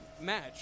match